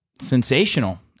Sensational